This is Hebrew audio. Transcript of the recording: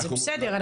זה בסדר,